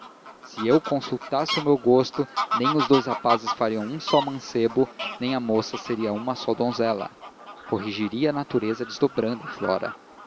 se eu consultasse o meu gosto nem os dous rapazes fariam um só mancebo nem a moça seria uma só donzela corrigiria a natureza desdobrando flora